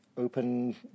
open